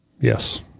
Yes